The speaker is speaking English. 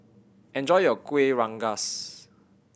enjoy your Kuih Rengas